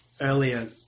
earlier